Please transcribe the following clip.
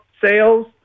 sales